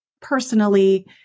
personally